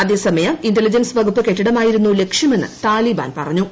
അതേസമയം ഇൻലിജൻസ് വകുപ്പ് കെട്ടിടമായിരുന്നു ലക്ഷ്യമെന്ന് താലിബാൻ പറഞ്ഞു